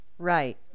Right